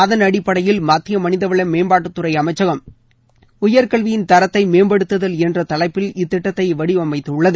அதன் அடிப்படையில் மத்திய மனிதவள மேம்பாட்டுத்துறை அமைச்சகம் உயர்கல்வியின் தரத்தை மேம்படுத்துதல் என்ற தலைப்பில் இத்திட்டத்தை வடிவமைத்துள்ளது